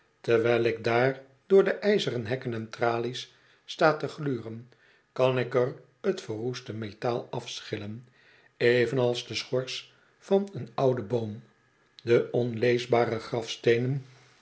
terwijl ik daar door de ijzeren hekken en tralies sta te gluren kan ik er t verroeste metaal afschillen evenals de schors van een ouden boom de onleesbare grafsteenen